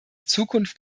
zukunft